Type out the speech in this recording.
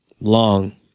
long